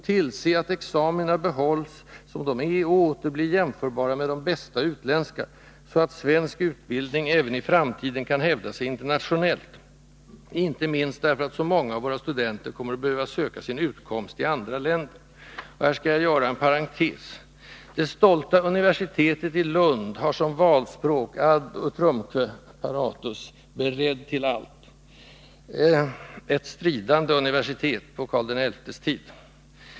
Tillse att examina behålls och åter blir jämförbara med de bästa utländska, så att svensk utbildning även i framtiden kan hävda sig internationellt —.” Här skall jag göra en parentes. Det stolta universitetet i Lund har som valspråk ad utrumque , beredd till allt — ett stridande universitet på Karl XI:s tid.